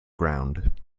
ground